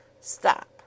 Stop